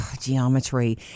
geometry